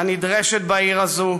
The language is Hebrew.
הנדרשת בעיר הזו,